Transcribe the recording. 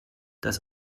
das